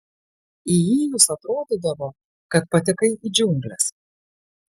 įėjus atrodydavo kad patekai į džiungles